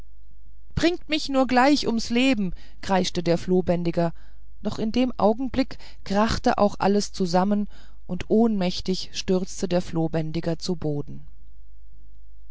bringt mich nur gleich ums leben kreischte der flohbändiger doch in dem augenblick krachte auch alles zusammen und ohnmächtig stürzte der flohbändiger zu boden